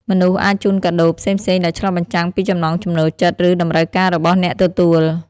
មនុស្សអាចជូនកាដូផ្សេងៗដែលឆ្លុះបញ្ចាំងពីចំណង់ចំណូលចិត្ត ឬតម្រូវការរបស់អ្នកទទួល។